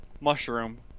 mushroom